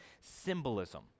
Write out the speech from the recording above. symbolism